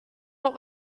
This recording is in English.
what